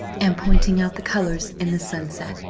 and pointing out the colors in the sunset,